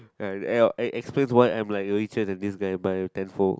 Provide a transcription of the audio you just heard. uh explains why I am like richer than this guy by a ten fold